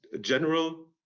general